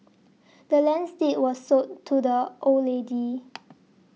the land's deed was sold to the old lady